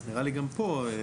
אז נראה לי גם פה --- לא,